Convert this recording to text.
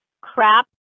crap